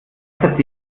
hat